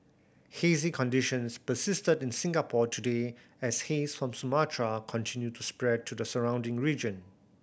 hazy conditions persisted in Singapore today as haze from Sumatra continued to spread to the surrounding region